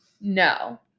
No